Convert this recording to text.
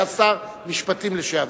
שר המשפטים לשעבר.